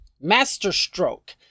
masterstroke